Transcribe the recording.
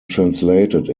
translated